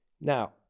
Now